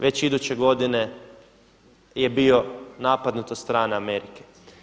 Već iduće godine je bio napadnut od strane Amerike.